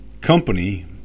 company